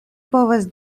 povas